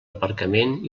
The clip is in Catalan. aparcament